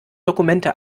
dokumente